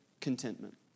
contentment